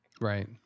Right